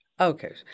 Okay